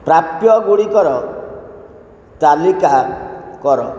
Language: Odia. ପ୍ରାପ୍ୟଗୁଡ଼ିକର ତାଲିକା କର